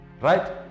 right